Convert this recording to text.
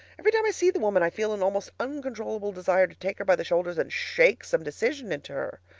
every time i see the woman i feel an almost uncontrollable desire to take her by the shoulders and shake some decision into her.